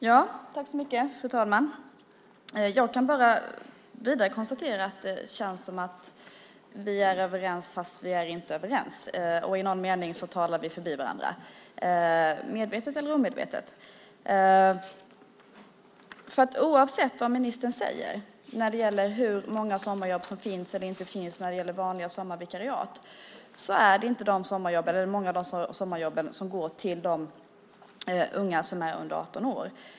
Fru talman! Jag kan bara vidare konstatera att det känns som att vi är överens, fast vi är inte överens. I någon mening talar vi förbi varandra, medvetet eller omedvetet. Oavsett vad ministern säger när det gäller hur många vanliga sommarvikariat som finns eller inte finns är det inte många av de sommarjobben som går till de unga som är under 18 år.